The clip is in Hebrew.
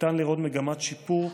ניתן לראות מגמת שיפור,